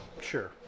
Sure